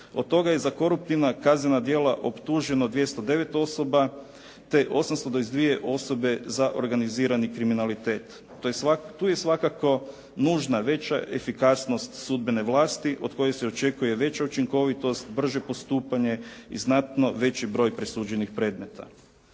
Od toga je za koruptivna kaznena djela optuženo 209 osoba te 822 osobe za organizirani kriminalitet. Tu je svakako nužna veća efikasnost sudbene vlasti od koje se očekuje veća učinkovitost, brže postupanje i znatno veći broj presuđenih predmeta.